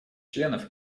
членов